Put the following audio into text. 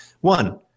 one